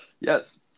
Yes